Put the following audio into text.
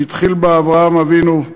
שהתחיל בה אברהם אבינו,